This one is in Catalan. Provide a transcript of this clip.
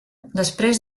després